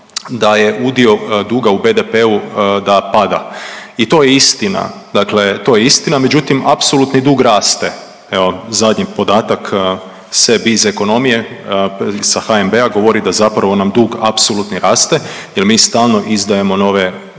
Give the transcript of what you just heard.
da je udio duga u BDP-u da pada i to je istina, dakle to je istina, međutim, apsolutno dug raste. Evo, zadnji podatak s e-bizz ekonomije, sa HNB-a govori da zapravo nam dug apsolutni raste jer mi stalno izdajemo nove